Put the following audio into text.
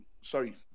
Sorry